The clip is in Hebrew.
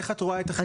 איך את רואה את זה?